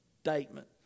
statement